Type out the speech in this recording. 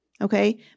Okay